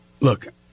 Look